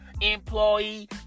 employee